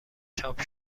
چاپ